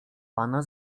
pana